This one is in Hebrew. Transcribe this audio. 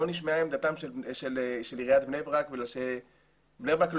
לא נשמעה עמדתה של עיריית בני ברק בגלל שבני ברק,